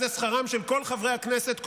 והיה זה שכרם של כל חברי הכנסת,